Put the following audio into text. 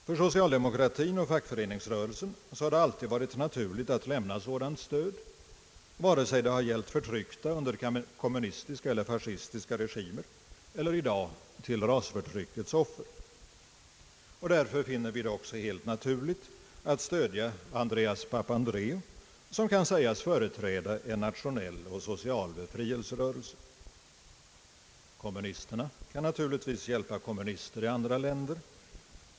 För socialdemokratin och fackföreningsrörelsen har det alltid varit naturligt att lämna sådant stöd, vare sig det har gällt förtryckta under kommunistiska eller fascistiska regimer eller i dag rasförtryckets offer. Därför finner vi det också helt naturligt att stödja Andreas Papandreou som kan sägas företräda en nationell och social befrielserörelse. Kommunisterna kan naturligtvis hjälpa kommunister i andra länder.